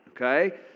Okay